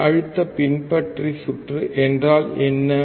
மின்னழுத்த பின்பற்றிச் சுற்று என்றால் என்ன